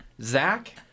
Zach